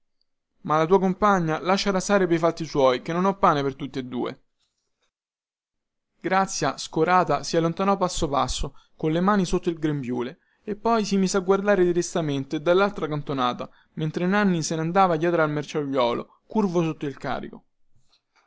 ma la tua compagna lasciala stare pei fatti suoi chè non ho pane per tutti e due grazia scorata si allontanò passo passo colle mani sotto il grembiule e poi si mise a guardare tristamente dallaltra cantonata mentre nanni se ne andava dietro al merciaiuolo curvo sotto il carico